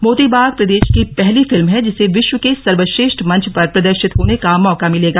मोतीबाग प्रदेश की पहली फिल्म है जिसे विश्व के सर्वश्रेष्ठ मंच पर प्रदर्शित होने का मौका मिलेगा